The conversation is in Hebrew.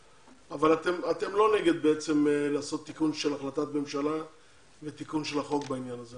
אתם לא נגד לעשות תיקון של החלטת ממשלה לתיקון של החוק בעניין הזה,